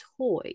toy